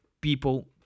people